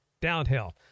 downhill